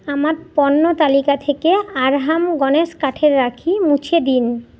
আমার পণ্য তালিকা থেকে আরহাম গণেশ কাঠের রাখি মুছে দিন